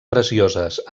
precioses